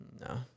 No